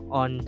on